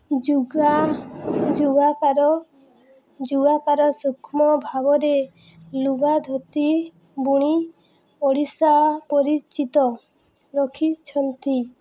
ଜୁଗା ଜୁଗାକାର ଜୁଗାକାର ସୂକ୍ଷ୍ମ ଭାବରେ ଲୁଗା ଧୋତି ବୁଣି ଓଡ଼ିଶା ପରିଚିତ ରଖିଛନ୍ତି